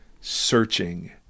searching